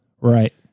Right